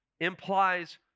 implies